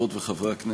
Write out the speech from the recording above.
חברות וחברי הכנסת,